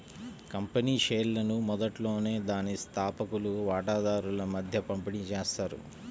company షేర్లను మొదట్లోనే దాని స్థాపకులు వాటాదారుల మధ్య పంపిణీ చేస్తారు